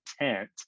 intent